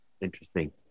Interesting